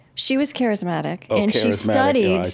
she was charismatic and she studied,